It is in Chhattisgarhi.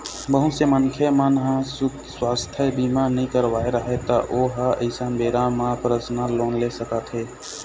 बहुत से मनखे मन ह सुवास्थ बीमा नइ करवाए रहय त ओ ह अइसन बेरा म परसनल लोन ले सकत हे